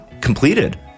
completed